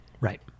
Right